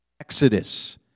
Exodus